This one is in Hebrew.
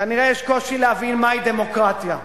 כנראה יש קושי להבין מהי דמוקרטיה,